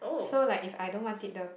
so like if I don't want it the